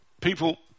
People